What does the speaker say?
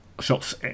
shots